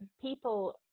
people